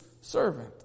servant